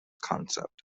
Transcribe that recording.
concept